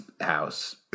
house